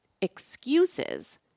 Excuses